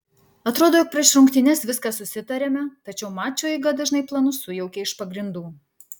atrodo jog prieš rungtynes viską susitariame tačiau mačo eiga dažnai planus sujaukia iš pagrindų